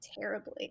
terribly